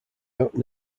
out